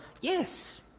yes